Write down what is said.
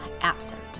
absent